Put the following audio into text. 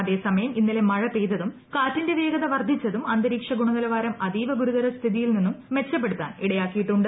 അതേസമയം ഇന്നലെ മഴ പെയ്ത്തൂർ കാറ്റിന്റെ ്വേഗത വർധിച്ചതും അന്തരീക്ഷ ഗുണന്റില്പ്പാ്രം അതീവ ഗുരുതര സ്ഥിതിയിൽ നിന്നും മെച്ചപ്പെടുത്താൻ ് ഇടയാക്കിയിട്ടുണ്ട്